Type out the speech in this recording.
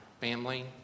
family